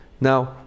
Now